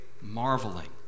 marveling